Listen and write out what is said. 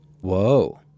Whoa